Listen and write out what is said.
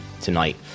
tonight